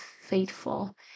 faithful